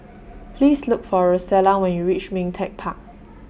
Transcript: Please Look For Rosella when YOU REACH Ming Teck Park